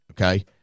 okay